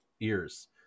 ears